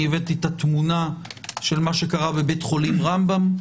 הבאתי את התמונה של מה שקרה בבית חולים רמב"ם,